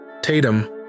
Tatum